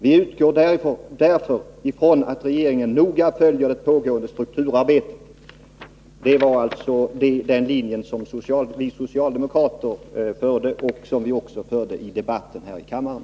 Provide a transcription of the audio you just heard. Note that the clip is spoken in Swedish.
Vi utgår ifrån att regeringen noga följer det pågående strukturarbetet.” Det var alltså den linje som vi socialdemokrater hade och som vi också följde i debatten här i kammaren.